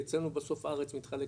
אצלנו בסוף הארץ מתחלק,